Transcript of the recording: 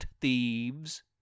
thieves